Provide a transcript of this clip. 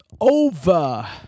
over